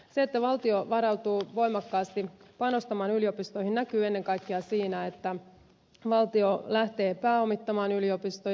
se että valtio varautuu voimakkaasti panostamaan yliopistoihin näkyy ennen kaikkea siinä että valtio lähtee pääomittamaan yliopistoja